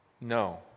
no